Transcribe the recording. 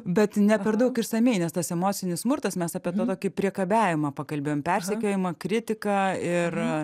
bet ne per daug išsamiai nes tas emocinis smurtas mes apie tą tokį priekabiavimą pakalbėjom persekiojimą kritiką ir